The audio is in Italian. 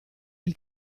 del